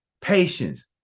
patience